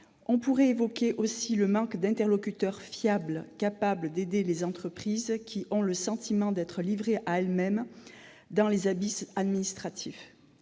On pourrait évoquer aussi le manque d'interlocuteurs fiables capables d'aider des entreprises, qui ont le sentiment d'être livrées à elles-mêmes dans les abysses administratifs.